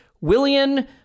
Willian